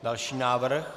Další návrh?